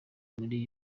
muri